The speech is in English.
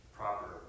proper